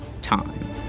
time